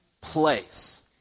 place